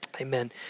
amen